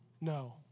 No